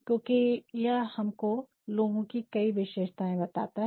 क्योंकि यह हमको लोगों की कई विशेषताएँ बताता है